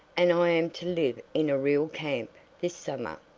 and i am to live in a real camp this summer.